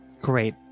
Great